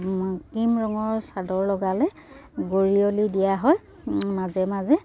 cream ৰঙৰ চাদৰ লগালে গৰিয়লি দিয়া হয় মাজে মাজে